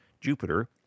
Jupiter